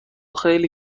خیلی